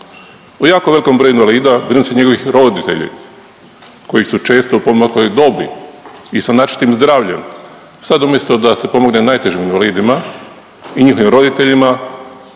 O jako velikom broju invalida brinu se njegovi roditelji koji su često u poodmakloj dobi i sa narušenim zdravljem. Sad umjesto da se pomogne najtežim invalidima i njihovim roditeljima